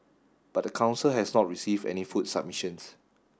but the council has not received any food submissions